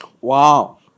Wow